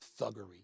Thuggery